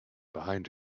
behind